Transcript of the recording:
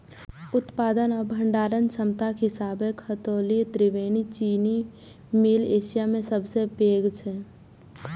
उत्पादन आ भंडारण क्षमताक हिसाबें खतौली त्रिवेणी चीनी मिल एशिया मे सबसं पैघ छै